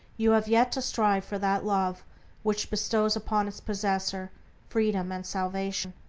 you have yet to strive for that love which bestows upon its possessor freedom and salvation.